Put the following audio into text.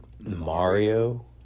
Mario